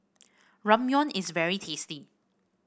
ramyeon is very tasty